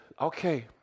Okay